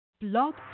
Blog